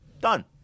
Done